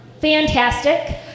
fantastic